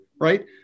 Right